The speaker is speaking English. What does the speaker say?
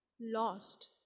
lost